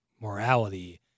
morality